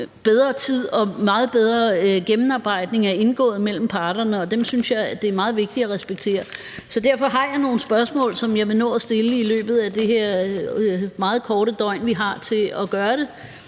bedre tid og med meget bedre gennemarbejdning er indgået mellem parterne. Dem synes jeg det er meget vigtigt at respektere. Derfor har jeg nogle spørgsmål, som jeg vil nå at stille i løbet af det her meget korte døgn, som vi har til at kunne gøre det,